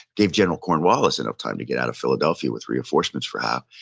gave general cornwallis enough time to get out of philadelphia with reinforcements for howe.